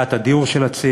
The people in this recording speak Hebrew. עם בעיית הדיור של הצעירים,